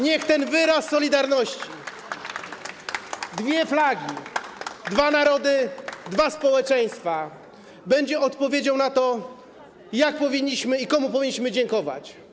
Niech ten wyraz solidarności - dwie flagi, dwa narody, dwa społeczeństwa - będzie odpowiedzią na to, jak powinniśmy i komu powinniśmy dziękować.